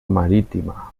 marítima